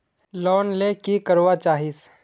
Loan ले की करवा चाहीस?